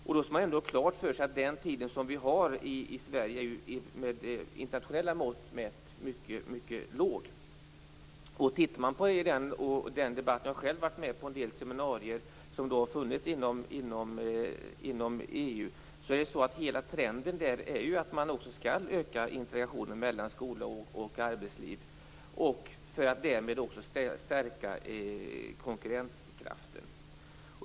Man skall ha klart för sig att tiden för sådan här utbildning i Sverige med internationella mått mätt är mycket kort. Jag har själv varit med på en del seminarier inom EU, och sett att trenden i debatten är att man skall öka integrationen mellan skola och arbetsliv för att därmed bl.a. stärka konkurrenskraften.